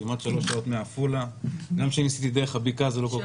כמעט שלוש שעות מעפולה וגם כשניסיתי דרך הבקעה זה לא כל כך עזר